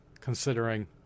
considering